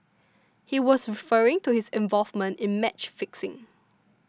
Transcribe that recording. he was referring to his involvement in match fixing